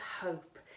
hope